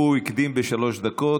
הוא הקדים בשלוש דקות.